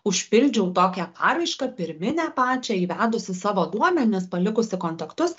užpildžiau tokią paraišką pirminę pačią įvedusi savo duomenis palikusi kontaktus